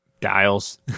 dials